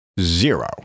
zero